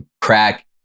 Crack